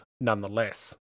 nonetheless